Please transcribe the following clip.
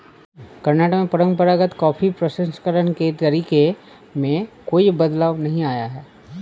कर्नाटक में परंपरागत कॉफी प्रसंस्करण के तरीके में कोई बदलाव नहीं आया है